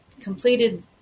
completed